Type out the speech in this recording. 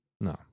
No